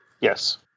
Yes